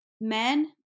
men